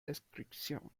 descripción